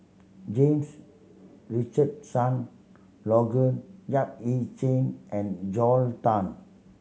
James Richardson Logan Yap Ee Chian and Joel Tan